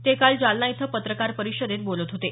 ते काल जालना इथं पत्रकार परिषदेत बोलत होते